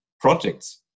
projects